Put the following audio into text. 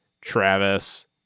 Travis